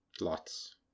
Lots